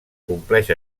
compleix